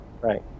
Right